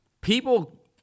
people